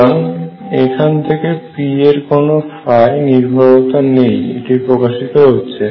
সুতরাং এখান থেকে P এর কোনো নির্ভরতা নেই এটি প্রকাশিত হচ্ছে